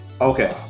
Okay